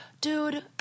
Dude